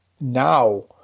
now